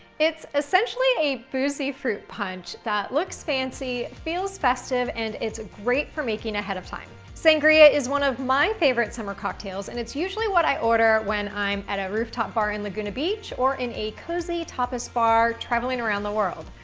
it's essentially a boozy fruit punch that looks fancy, feels festive, and it's great for making ahead of time. sangria is one of my favorite summer cocktails and it's usually what i order when i'm at a rooftop bar in laguna beach or in a cozy tapas bar traveling around the world.